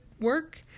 work